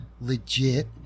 legit